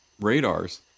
radars